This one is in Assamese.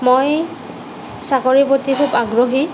মই চাকৰিৰ প্ৰতি খুব আগ্ৰহী